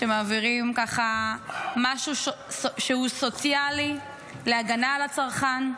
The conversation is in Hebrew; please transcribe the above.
כשמעבירים משהו שהוא סוציאלי להגנה על הצרכן,